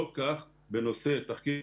לא כך בנושא תחקיר פיקודי.